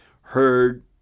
heard